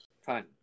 Fine